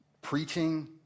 preaching